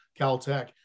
Caltech